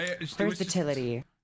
Versatility